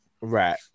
Right